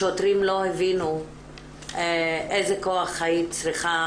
השוטרים לא הבינו איזה כוח היית צריכה